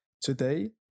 Today